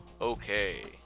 Okay